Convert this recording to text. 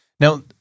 Now